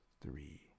three